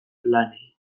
lanei